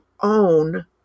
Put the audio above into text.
own